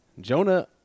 Jonah